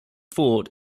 fort